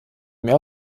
mehr